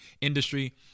industry